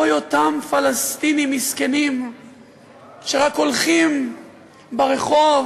אוי, אותם פלסטינים מסכנים שרק הולכים ברחוב,